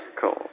cool